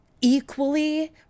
equally